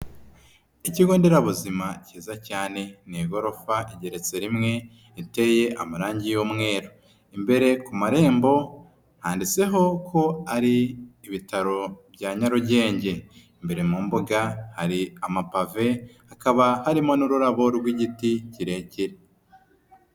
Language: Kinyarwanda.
Ikigo nderabuzima kiza cyane. Ni igorofa igeretse rimwe, iteye amarangi y'umweru. Imbere ku marembo handitseho ko ari ibitaro bya Nyarugenge .Imbere mu mbuga hari amapave, hakaba harimo n'ururabo rw'igiti kirekire.